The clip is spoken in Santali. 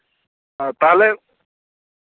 ᱟᱨ ᱛᱟᱦᱞᱮ